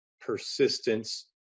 persistence